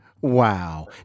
Wow